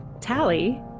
Tally